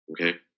okay